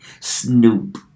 Snoop